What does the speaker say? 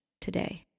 today